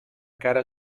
cara